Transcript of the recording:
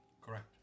Correct